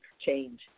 change